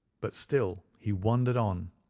but still he wandered on,